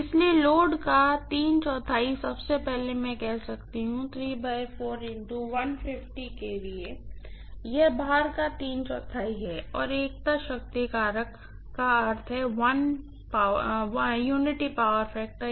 इसलिए लोड का तीन चौथाई सबसे पहले मैं कह कह सकती हूँ यह भार का तीन चौथाई है और एकता शक्ति कारक का अर्थ है पावर फैक्टर है